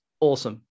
awesome